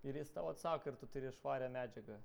ir jis tau atsako ir tu turi švarią medžiagą